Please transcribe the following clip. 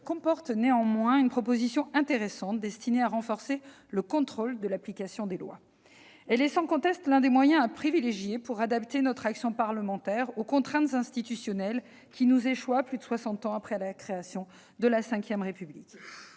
constitue une proposition intéressante, destinée à renforcer le contrôle de l'application des lois. Il s'agit sans conteste de l'un des moyens à privilégier pour adapter l'action parlementaire aux contraintes institutionnelles qui s'imposent à nous, plus de soixante ans après la création de la V République.